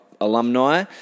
alumni